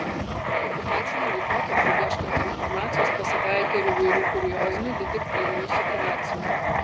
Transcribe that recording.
okupaciniu laikotarpiu ieškant informacijos pasitaikė ir įvairių kuriozinių detektyvinių situacijų